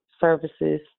services